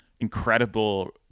incredible